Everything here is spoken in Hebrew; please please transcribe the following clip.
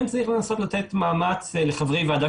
כן צריך לנסות לתת מאמץ לחברי ועדה